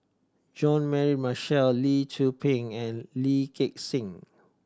Jean Mary Marshall Lee Tzu Pheng and Lee Gek Seng